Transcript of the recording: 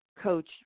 coach